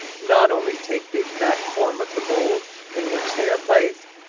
not only take the exact form of the mould in which they are placed,